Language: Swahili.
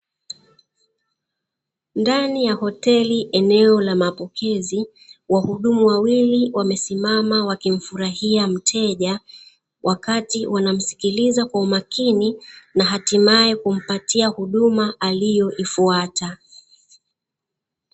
Ndani ya hoteli eneo la mapokezi, wahudumu wawili wamesimama wakimfurahia mteja wakati wanamsikiliza kwa umakini na hatimaye kumpatia huduma aliyoifuata.